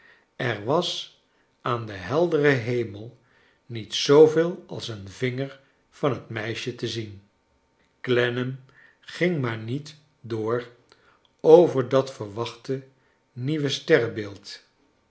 er was aan den helderen hemel niet zooveel als een vinger van het meisje te zien clennam ging maar niet door over dat verwachte nieuwe